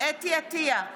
חוה אתי עטייה,